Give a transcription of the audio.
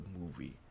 movie